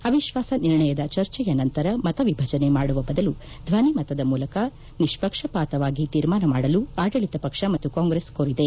ಅವಿಶ್ವಾಸ ನಿರ್ಣಯದ ಚರ್ಚೆಯ ನಂತರ ಮತ ವಿಭಜನೆ ಮಾಡುವ ಬದಲು ಧ್ವನಿ ಮತದ ಮೂಲಕ ನಿಷ್ಷಕ್ಷಪಾತವಾಗಿ ತೀರ್ಮಾನ ಮಾಡಲು ಆಡಳಿತ ಪಕ್ಷ ಮತ್ತು ಕಾಂಗ್ರೆಸ್ ಕೋರಿದೆ